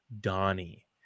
Donnie